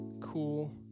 cool